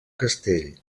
castell